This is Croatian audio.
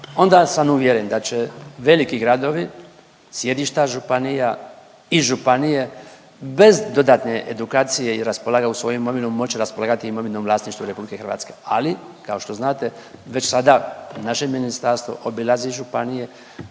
onda sam uvjeren da će veliki gradovi, sjedišta županije i županije bez dodatne edukacije i … imovinu moć raspolagati imovinom vlasništva RH. Ali kao što znate već sada naše ministarstvo obilazi županije